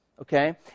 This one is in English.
okay